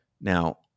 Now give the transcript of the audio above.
Now